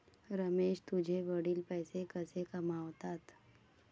रमेश तुझे वडील पैसे कसे कमावतात?